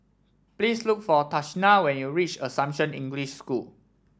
please look for Tashina when you reach Assumption English School